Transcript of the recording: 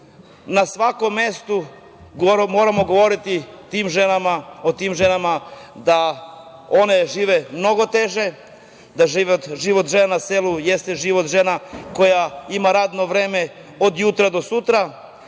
svakom mestu moramo govoriti o tim ženama da one žive mnogo teže, da život žena na selu jeste život žena koje imaju radno vreme od jutra do sutra,